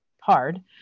hard